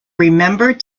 remembered